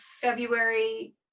February